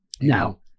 Now